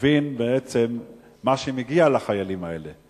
אני מבין בעצם מה שמגיע לחיילים האלה.